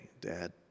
Dad